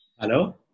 Hello